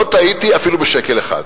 ולא טעיתי אפילו בשקל אחד.